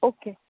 okay